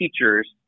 teachers